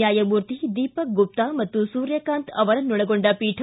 ನ್ಯಾಯಮೂರ್ತಿ ದೀಪಕ್ ಗುಪ್ತಾ ಮತ್ತು ಸೂರ್ಯ ಕಾಂತ್ ಅವರನ್ನೊಳಗೊಂಡ ಪೀಠ